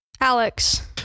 Alex